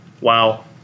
Wow